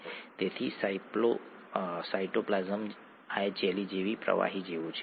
કોષ તે સમયે તે બધી ઉર્જાનો ઉપયોગ કરી શકશે નહીં